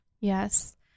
Yes